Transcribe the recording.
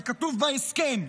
זה כתוב בהסכם.